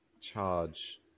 charge